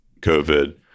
COVID